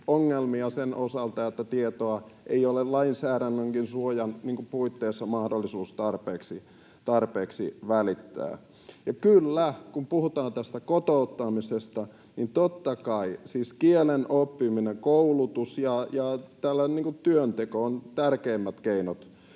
ongelmia sen osalta, että tietoa ei ole lainsäädännön suojan puitteissa mahdollista tarpeeksi välittää. Kun puhutaan kotouttamisesta, niin kyllä, totta kai, siis kielen oppiminen, koulutus ja työnteko ovat tärkeimmät keinot